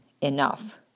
enough